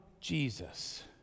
Jesus